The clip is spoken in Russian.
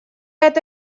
это